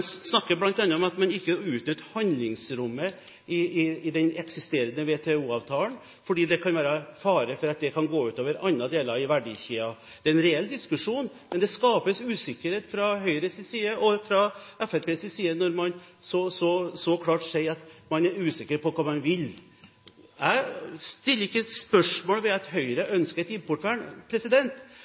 snakker bl.a. om at man ikke utnytter handlingsrommet i den eksisterende WTO-avtalen, fordi det kan være fare for at det kan gå ut over andre deler av verdikjeden. Det er en reell diskusjon, men det skapes usikkerhet fra Høyres og Fremskrittspartiets side når man så klart sier at man er usikker på hva man vil. Jeg stiller ikke spørsmål ved at Høyre ønsker et importvern,